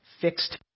fixed